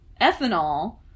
ethanol